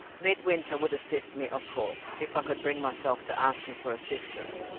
midwinter would assist me, of course, if i could bring myself to ask him for assistance.